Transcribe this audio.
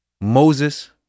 Moses